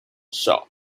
shop